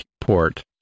port